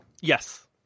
Yes